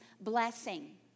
blessing